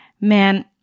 man